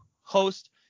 host